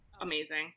amazing